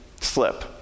slip